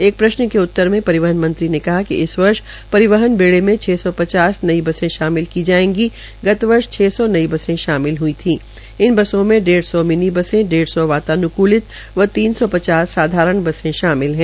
एक प्रश्न के उत्तर मे परिवहन मंत्री ने कहा कि इस वर्ष परिवहन बेडेमें छ सौ पचास नई बसे शामिल की जायेगी गत वर्ष वर्ष छ सौ बसे शामिल हई थी इन बसों डेढ़ सौ मिनी बसें डेढ़ सौ वातान्क्लित व तीन सौ पचास साधारण बसें शामिल है